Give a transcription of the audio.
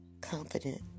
confident